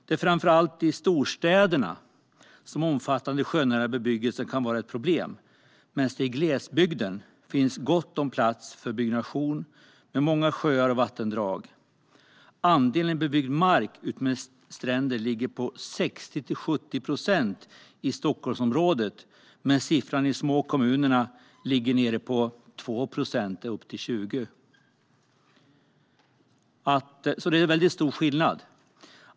Det är framför allt i storstäderna som omfattande sjönära bebyggelse kan vara ett problem medan det i glesbygden med dess många sjöar och vattendrag finns gott om plats för byggnation. Andelen bebyggd mark utmed stränder ligger på 60-70 procent i Stockholmsområdet, medan siffran i små kommuner ligger på 2-20 procent. Det är alltså väldigt stor skillnad.